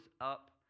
up